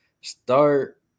start